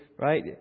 right